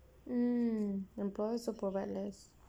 mm employers will provide less